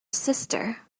sister